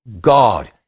God